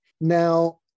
Now